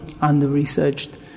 under-researched